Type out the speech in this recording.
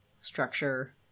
structure